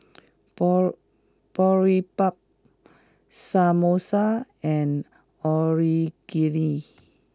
borrow Boribap Samosa and Onigiri